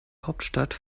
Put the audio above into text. hauptstadt